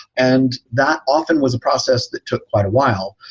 and that often was a process that took quite a while.